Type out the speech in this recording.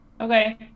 Okay